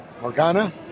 Morgana